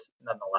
nonetheless